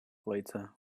later